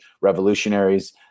revolutionaries